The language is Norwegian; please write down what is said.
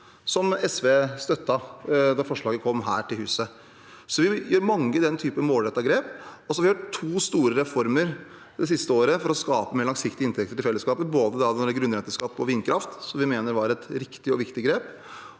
SV støttet forslaget da det kom hit. Vi gjør mange av den typen målrettede grep, og så har vi hatt to store reformer det siste året for å skape mer langsiktige inntekter til fellesskapet; både grunnrenteskatt på vindkraft, som vi mener var et riktig og viktig grep,